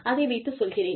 அதை வைத்துச் சொல்கிறேன்